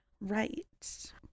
Right